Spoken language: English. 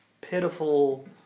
pitiful